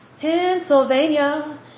Pennsylvania